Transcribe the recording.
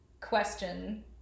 question